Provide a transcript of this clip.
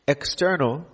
External